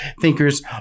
thinkers